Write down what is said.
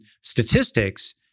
Statistics